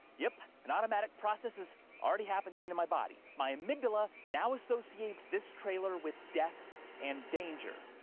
yep, an automatic process is already happening to my body. my amygdala now associates this trailer with death and danger.